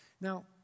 Now